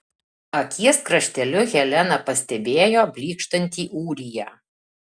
akies krašteliu helena pastebėjo blykštantį ūriją